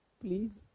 please